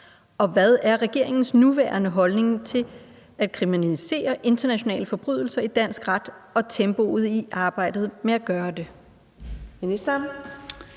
og hvad er regeringens nuværende holdning til at kriminalisere internationale forbrydelser i dansk ret og tempoet i arbejdet med at gøre det?